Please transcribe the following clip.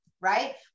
right